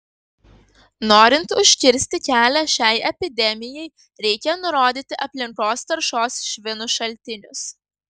norint užkirsti kelią šiai epidemijai reikia nurodyti aplinkos taršos švinu šaltinius